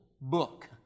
book